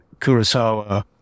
kurosawa